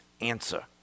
answer